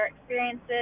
experiences